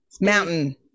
mountain